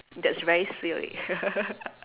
that's very